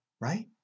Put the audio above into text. right